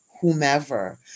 whomever